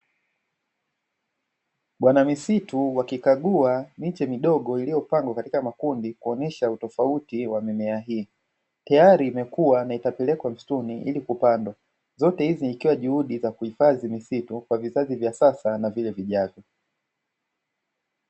Bwana misitu wakikagua miche midogo iliyopangwa katika makundi kuonesha utofauti wa mimea hii, tayari imekua na itapelekwa msituni ili kupandwa. Zote hizi ikiwa juhudi za kuhifadhi misitu kwa vizazi vya sasa na vile vijavyo.